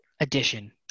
edition